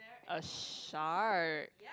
a shark